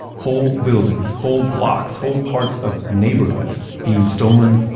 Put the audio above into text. whole buildings, whole blocks, whole parts of neighborhoods being stolen,